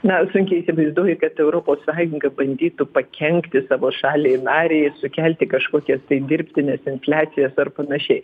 na sunkiai įsivaizduoju kad europos sąjunga bandytų pakenkti savo šaliai narei sukelti kažkokias tai dirbtines infliacijas ar panašiai